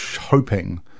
hoping